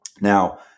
Now